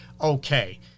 okay